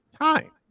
time